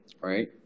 Right